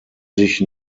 sich